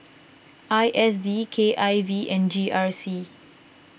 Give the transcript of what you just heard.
I S D K I V and G R C